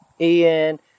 Ian